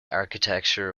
architecture